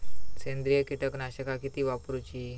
सेंद्रिय कीटकनाशका किती वापरूची?